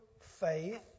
faith